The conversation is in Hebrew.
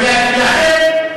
ולכן,